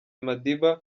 madiba